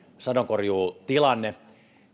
sadonkorjuutilanne